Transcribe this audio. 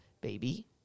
Baby